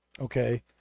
Okay